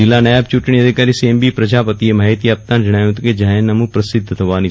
જીલ્લા નાયબ ચૂંટણી અધિકારી શ્રી એમ પ્રજાપતિએ માહિતી આપતા જણાવ્યું ફતું કે જાહેરનામું પ્રસિદ્ધ થવાની સ